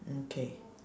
mm K